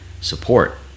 support